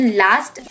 last